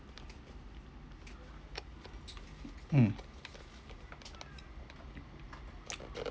mm